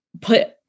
put